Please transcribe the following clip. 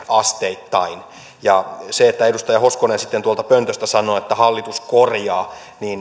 asteittain se että edustaja hoskonen sitten pöntöstä sanoo että hallitus korjaa